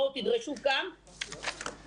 בואו תדרשו גם מיידית.